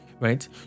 Right